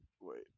wait